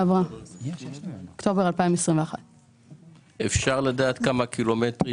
באוקטובר 2021. אפשר לדעת כמה קילומטרים